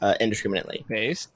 indiscriminately